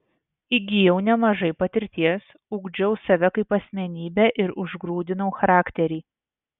įgijau nemažai patirties ugdžiau save kaip asmenybę ir užgrūdinau charakterį